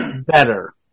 better